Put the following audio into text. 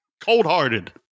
Cold-hearted